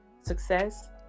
success